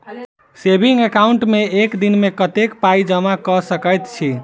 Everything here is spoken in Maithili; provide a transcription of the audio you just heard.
सेविंग एकाउन्ट मे एक दिनमे कतेक पाई जमा कऽ सकैत छी?